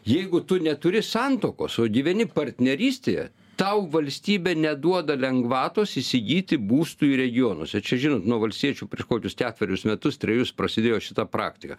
jeigu tu neturi santuokos o gyveni partnerystėje tau valstybė neduoda lengvatos įsigyti būstui regionuose čia žinot nu valstiečių prieš kokius ketverius metus trejus prasidėjo šita praktika